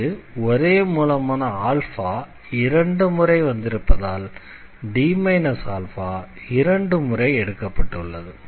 இங்கு ஒரே மூலமான இரண்டு முறை வந்திருப்பதால் D α இரண்டு முறை எடுக்கப்பட்டு உள்ளது